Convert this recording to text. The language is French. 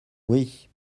oui